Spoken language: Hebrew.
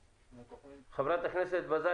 אתנו חברת הכנסת הילה שי וזאן,